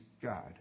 God